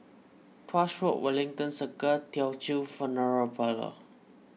Tuas Road Wellington Circle Teochew Funeral Parlour